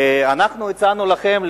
אנחנו הצענו לכם,